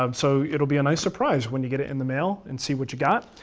um so it will be a nice surprise when you get it in the mail, and see what you got.